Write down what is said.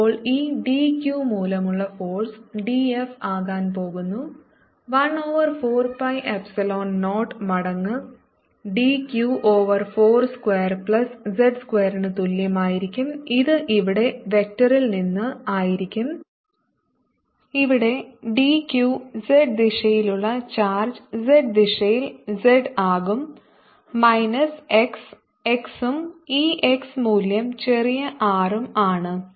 അപ്പോൾ ഈ d q മൂലമുള്ള ഫോഴ്സ് d F ആകാൻ പോകുന്നു 1 ഓവർ 4 pi എപ്സിലോൺ 0 q മടങ്ങ് dq over r square plus z സ്ക്വയറിന് തുല്യമായിരിക്കും ഇത് ഇവിടെ വെക്റ്ററിൽ നിന്ന് ആയിരിക്കും ഇവിടെ dq z ദിശയിലുള്ള ചാർജ് z ദിശയിൽ z ആകും മൈനസ് x x ഉം ഈ x മൂല്യം ചെറിയ R ഉം ആണ്